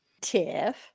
Tiff